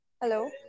Hello